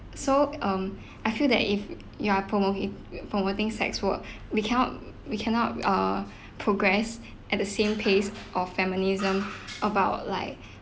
so um I feel that if you are promo~ promoting sex work we cannot we cannot err progress at the same pace of feminism about like